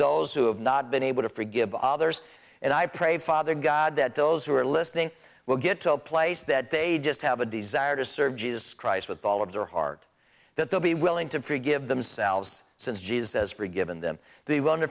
those who have not been able to forgive others and i pray father god that those who are listening will get to a place that they just have a desire to serve jesus christ with all of their heart that they'll be willing to forgive themselves since jesus forgiven them the willing to